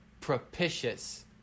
propitious